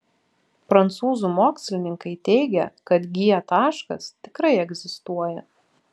prancūzų mokslininkai teigia kad g taškas tikrai egzistuoja